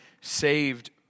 saved